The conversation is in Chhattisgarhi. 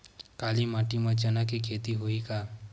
काली माटी म चना के खेती होही का?